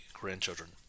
grandchildren